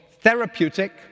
Therapeutic